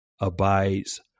abides